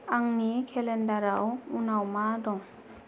आंनि केलेन्डाराव उनाव मा दं